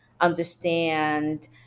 understand